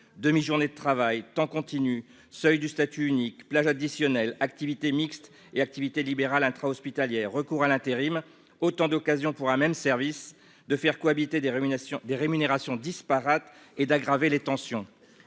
demi-journée de travail temps continue seuil du statut unique plages additionnelles activités mixtes et activité libérale intra-hospitalière recours à l'intérim, autant d'occasions pour un même service de faire cohabiter des rémunérations des rémunérations disparates et d'aggraver les tensions,